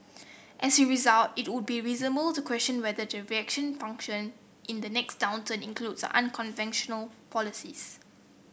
as a result it would be reasonable to question whether the reaction function in the next downturn includes unconventional policies